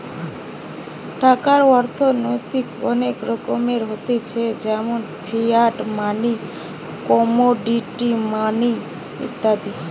টাকার অর্থনৈতিক অনেক রকমের হতিছে যেমন ফিয়াট মানি, কমোডিটি মানি ইত্যাদি